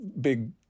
big